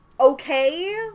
okay